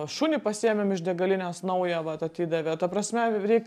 šunį pasiėmėm iš degalinės naują vat atidavė ta prasme reik